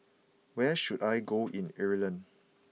where should I go in Ireland